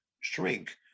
shrink